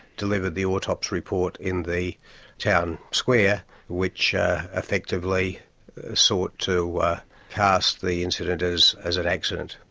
delivered the autopsy report in the town square which effectively sought to cast the incident as as an accident.